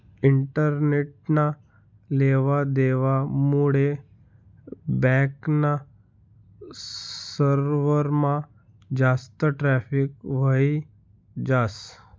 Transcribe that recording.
इंटरनेटना लेवा देवा मुडे बॅक ना सर्वरमा जास्त ट्रॅफिक व्हयी जास